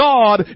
God